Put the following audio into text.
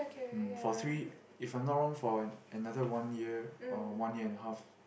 um for three if I'm not wrong for another one year or one year and a half